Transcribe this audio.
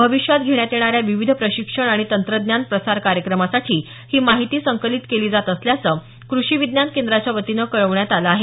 भविष्यात घेण्यात येणाऱ्या विविध प्रशिक्षण आणि तंत्रज्ञान प्रसार कार्यक्रमासाठी ही माहिती संकलित केली जात असल्याचं कृषी विज्ञान केंद्राच्या वतीनं कळवण्यात आलं आहे